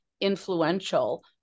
influential